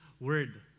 word